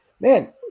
man